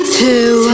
two